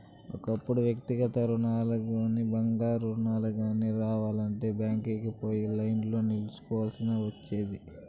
ఒకప్పుడు వ్యక్తిగత రుణాలుగానీ, బంగారు రుణాలు గానీ కావాలంటే బ్యాంకీలకి పోయి లైన్లో నిల్చోవల్సి ఒచ్చేది